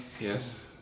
Yes